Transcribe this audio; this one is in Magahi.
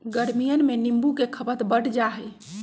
गर्मियन में नींबू के खपत बढ़ जाहई